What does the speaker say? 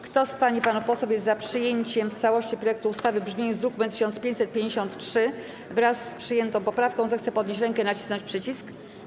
Kto z pań i panów posłów jest za przyjęciem w całości projektu ustawy w brzmieniu z druku nr 1553, wraz z przyjętą poprawką, zechce podnieść rękę i nacisnąć przycisk.